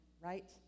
right